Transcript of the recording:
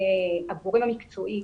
הגורם המקצועי,